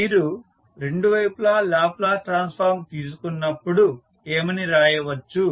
మీరు రెండు వైపులా లాప్లాస్ ట్రాన్స్ఫార్మ్ తీసుకున్నప్పుడు ఏమని రాయవచ్చు